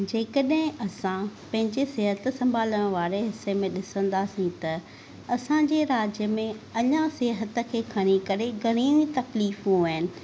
जेकॾहिं असां पंहिंजे सिहत संभालण वारे हिसे में ॾिसंदासीं त असांजे राज्य में अञा सिहत खे खणी करे घणियूं ई तकलीफ़ूं आहिनि